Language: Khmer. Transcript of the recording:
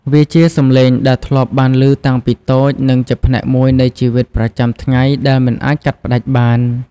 វាជាសំឡេងដែលធ្លាប់បានឮតាំងពីតូច និងជាផ្នែកមួយនៃជីវិតប្រចាំថ្ងៃដែលមិនអាចកាត់ផ្ដាច់បាន។